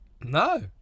No